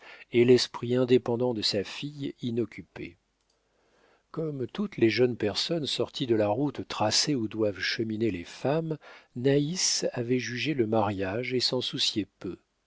et l'esprit indépendant de sa fille inoccupée comme toutes les jeunes personnes sorties de la route tracée où doivent cheminer les femmes naïs avait jugé le mariage et s'en souciait peu